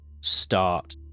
start